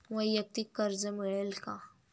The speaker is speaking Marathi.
वैयक्तिक कर्ज मिळेल का?